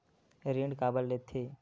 ऋण काबर लेथे?